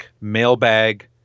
mailbag